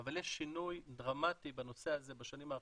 אבל יש שינוי דרמטי בנושא הזה בשנים האחרונות.